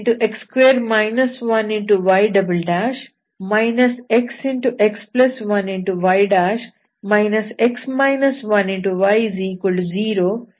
x3y xx1y y0 ಇದನ್ನು ಪರಿಗಣಿಸಿ